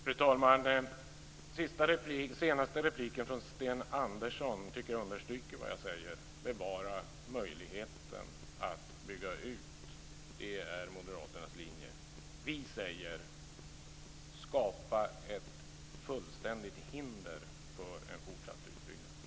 Fru talman! Senaste repliken från Sten Andersson tycker jag understryker vad jag sagt. Att bevara möjligheten att bygga ut är Moderaternas linje. Vi talar om att skapa ett fullständigt hinder för en fortsatt utbyggnad.